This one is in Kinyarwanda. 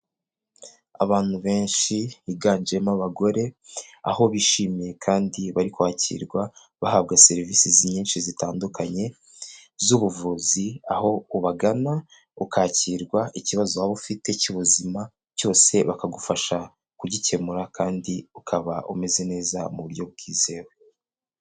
Abantu benshi biganjemo abagore, aho bishimiye kandi bari kwakirwa bahabwa serivisi nyinshi zitandukanye z'ubuvuzi, aho ubagana ukakirwa ikibazo waba ufite cy'ubuzima cyose bakagufasha kugikemura kandi ukaba umeze neza mu buryo bwizewe.